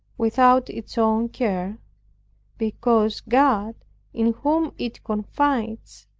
without its own care because god in whom it confides,